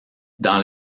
dans